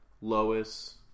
Lois